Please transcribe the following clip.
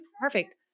perfect